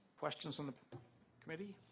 questions from the committee?